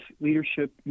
leadership